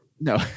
No